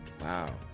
wow